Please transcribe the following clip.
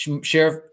Sheriff